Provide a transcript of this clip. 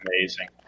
amazing